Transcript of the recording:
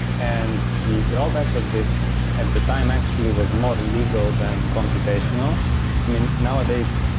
and the drawback of this at the time actually was more legal than computational. i mean, nowadays,